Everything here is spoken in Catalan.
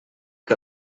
que